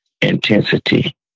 intensity